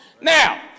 Now